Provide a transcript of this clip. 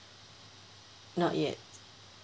not yet